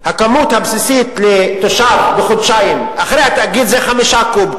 הכמות הבסיסית לתושב בחודשיים אחרי התאגיד זה 5 קוב.